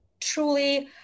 truly